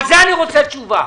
על זה אני רוצה תשובה.